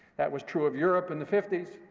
that was true of europe in the fifty s,